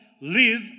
live